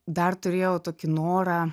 dar turėjau tokį norą